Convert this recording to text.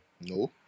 no